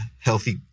healthy